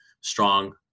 strong